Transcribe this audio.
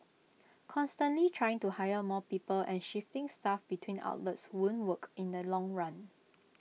constantly trying to hire more people and shifting staff between outlets won't work in the long run